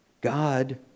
God